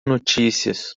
notícias